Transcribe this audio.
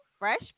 Fresh